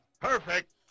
Perfect